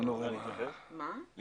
אני